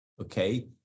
okay